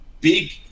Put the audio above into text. Big